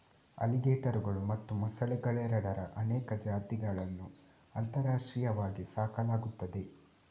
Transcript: ಅಲಿಗೇಟರುಗಳು ಮತ್ತು ಮೊಸಳೆಗಳೆರಡರ ಅನೇಕ ಜಾತಿಗಳನ್ನು ಅಂತಾರಾಷ್ಟ್ರೀಯವಾಗಿ ಸಾಕಲಾಗುತ್ತದೆ